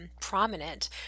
prominent